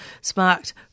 sparked